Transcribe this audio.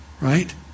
Right